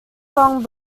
song